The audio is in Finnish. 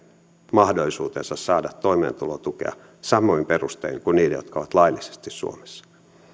mahdollisuutensa saada toimeentulotukea samoin perustein kuin niiden jotka ovat laillisesti suomessa